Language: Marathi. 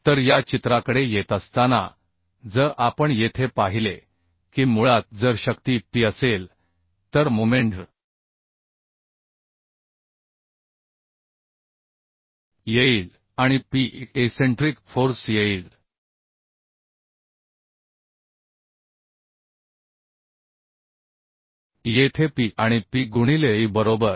तर या चित्राकडे येत असताना जर आपण येथे पाहिले की मुळात जर शक्ती P असेल तर मोमेंट येईल आणि पी एक एसेंट्रिक फोर्स येईल येथे P आणि P गुणिले e बरोबर